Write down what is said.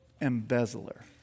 embezzler